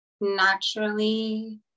naturally